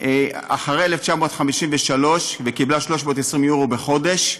אחרי 1953 וקיבלה 320 יורו בחודש,